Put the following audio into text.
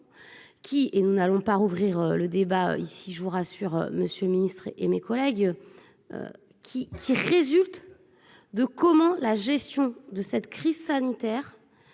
qui est, nous n'allons pas rouvrir le débat ici, je vous rassure, monsieur le Ministre, et mes collègues qui qui résulte de comment la gestion de cette crise sanitaire